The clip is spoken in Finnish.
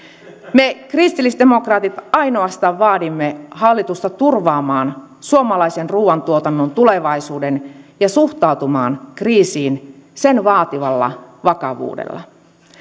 me kristillisdemokraatit ainoastaan vaadimme hallitusta turvaamaan suomalaisen ruuantuotannon tulevaisuuden ja suhtautumaan kriisiin sen vaatimalla vakavuudella